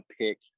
pick